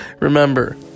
Remember